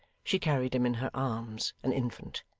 she carried him in her arms, an infant.